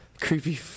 Creepy